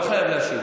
אתה לא חייב להשיב.